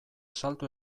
salto